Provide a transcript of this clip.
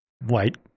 white –